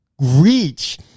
reach